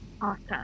Awesome